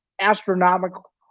astronomical